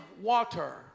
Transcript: water